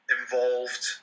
involved